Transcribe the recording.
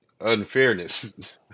unfairness